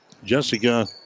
Jessica